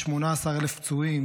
יש 18,000 פצועים,